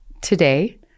Today